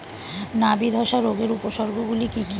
নাবি ধসা রোগের উপসর্গগুলি কি কি?